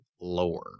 lower